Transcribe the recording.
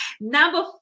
Number